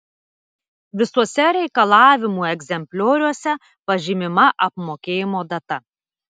visuose reikalavimų egzemplioriuose pažymima apmokėjimo data